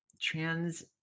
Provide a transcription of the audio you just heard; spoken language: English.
trans